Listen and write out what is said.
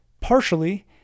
partially—